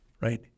Right